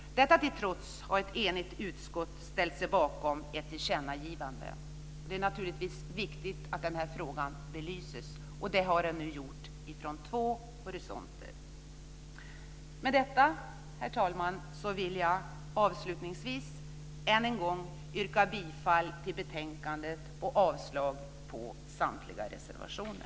Detta till trots har ett enigt utskott ställt sig bakom ett tillkännagivande. Det är naturligtvis viktigt att den här frågan belyses, och det har nu gjorts från två horisonter. Med detta, herr talman, vill jag avslutningsvis än en gång yrka bifall till utskottets hemställan och avslag på samtliga reservationer.